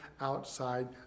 outside